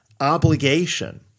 obligation